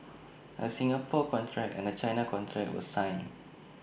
A Singapore contract and A China contract were signed